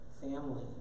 family